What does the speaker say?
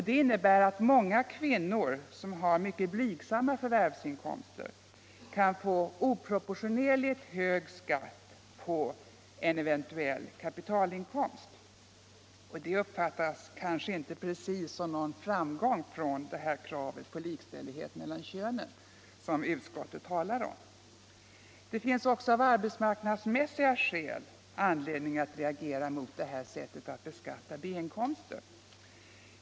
Det leder till att många kvinnor som har mycket blygsamma förvärvsinkomster kan få oproportionerligt hög skatt på en eventuell kapitalinkomst, och det uppfattas kanske inte precis som någon framgång för det krav på likställighet mellan könen som utskottet talar om. Det finns också av arbetsmarknadsmässiga skäl anledning att reagera mot det här sättet att beskatta B-inkomster.